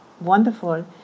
wonderful